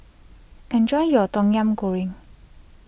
enjoy your Tom Yam Goong